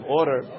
order